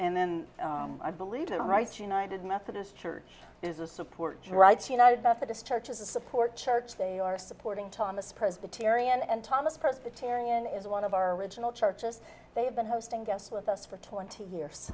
and then i believe it right united methodist church is a support rights united methodist church is a support church they are supporting thomas presbyterian and thomas part the tarion is one of our original charges they've been hosting guests with us for twenty years